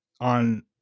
on